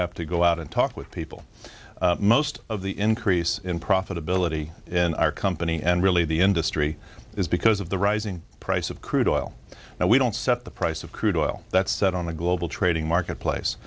have to go out and talk with people most of the increase in profitability in our company and really the industry is because of the rising price of crude oil now we don't set the price of crude oil that's set on the global trading marketplace